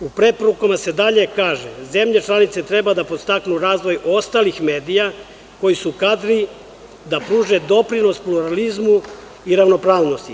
U preporukama se dalje kaže da zemlje članice treba da podstaknu razvoj ostalih medija koji su kadri da pruže doprinos pluralizmu i ravnopravnosti.